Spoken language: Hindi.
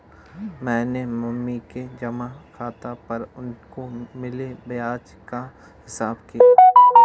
मैंने मम्मी के जमा खाता पर उनको मिले ब्याज का हिसाब किया